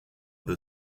the